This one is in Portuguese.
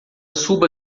suba